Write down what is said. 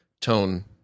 tone